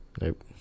Nope